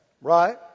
right